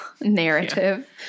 narrative